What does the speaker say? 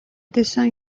dessein